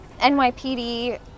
NYPD